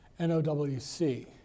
NOWC